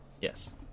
Yes